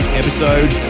episode